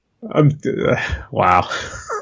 Wow